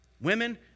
Women